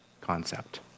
concept